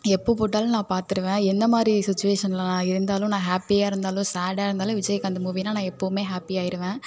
எப்போ போட்டாலும் நான் பார்த்துடுவேன் எந்த மாதிரி சுச்வேஷனில் நான் இருந்தாலும் நான் ஹாப்பியாக இருந்தாலும் சாடாக இருந்தாலும் விஜய்காந்த் மூவினா நான் எப்பவும் ஹாப்பியாகிருவேன்